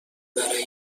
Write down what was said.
برای